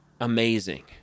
amazing